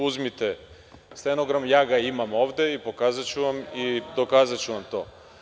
Uzmite stenogram, ja ga imam ovde, pokazaću vam i dokazaću vam to.